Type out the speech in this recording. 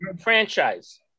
franchise